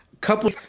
couple